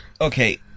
okay